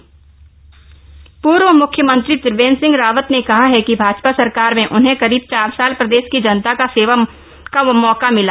न्निवेंद्र कार्यकाल पूर्व मुख्यमंत्री त्रिवेंद्र सिंह रावत ने कहा है कि भाजपा सरकार में उन्हें करीब चार साल प्रदेश की जनता का सेवा का मौका मिला